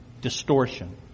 Distortion